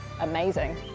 amazing